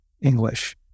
English